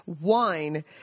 Wine